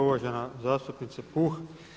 Uvažena zastupnice Puh.